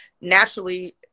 naturally